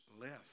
left